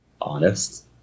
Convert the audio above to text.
honest